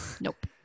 Nope